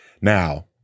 now